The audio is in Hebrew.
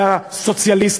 זה הסוציאליסטים.